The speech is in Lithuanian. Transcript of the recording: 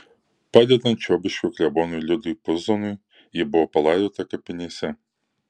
padedant čiobiškio klebonui liudui puzonui ji buvo palaidota kapinėse